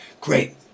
Great